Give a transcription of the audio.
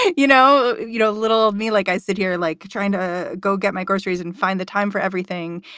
you know. you know, little of me, like i sit here, like trying to go get my groceries and find the time for everything.